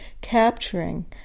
capturing